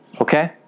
okay